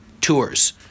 tours